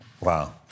Wow